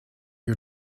you